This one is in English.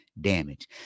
damage